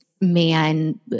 man